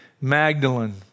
Magdalene